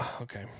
Okay